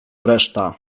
reszta